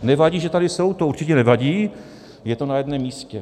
Nevadí, že tady jsou, to určitě nevadí, je to na jednom místě.